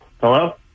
Hello